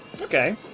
Okay